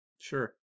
Sure